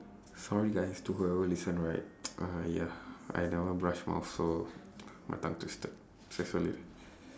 sorry guys to whoever listen right !aiya! I never brush mouth so my tongue twisted so sorry